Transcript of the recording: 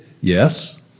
yes